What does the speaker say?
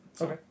Okay